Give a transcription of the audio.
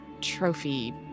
trophy